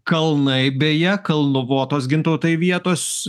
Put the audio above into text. kalnai beje kalvotos gintautai vietos